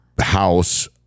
house